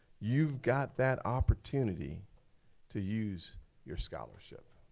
you've got that opportunity to use your scholarship.